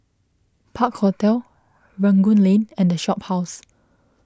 Park Hotel Rangoon Lane and the Shophouse